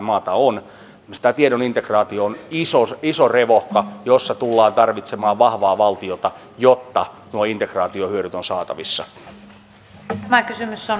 esimerkiksi tämä tiedon integraatio on iso revohka jossa tullaan tarvitsemaan vahvaa valtiota jotta nuo integraation hyödyt ovat saatavissa